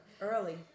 Early